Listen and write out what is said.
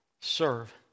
serve